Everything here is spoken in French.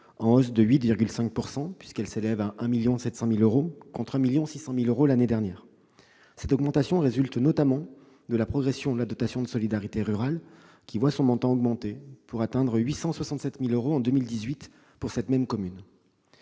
en hausse de 8,5 %- cette dotation s'élève à 1,7 million d'euros, contre 1,6 million d'euros l'année dernière. Cette augmentation résulte notamment de la progression de la dotation de solidarité rurale, qui voit son montant augmenter pour atteindre 867 000 euros en 2018. Toutefois, je